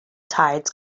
tides